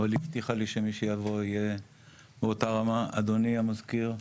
אבל היא הבטיחה לי שמי שיבוא יהיה באותה רמה; אדוני המזכיר,